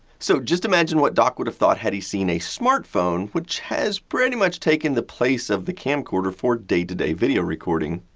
so, just imagine what doc would have thought had he seen a smartphone, which has pretty much taken the place of the camcorder for day to day video recording.